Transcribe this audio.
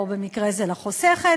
או במקרה הזה לחוסכת,